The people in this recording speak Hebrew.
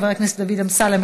חבר הכנסת דוד אמסלם,